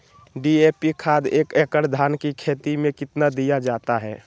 DAP खाद एक एकड़ धान की खेती में कितना दीया जाता है?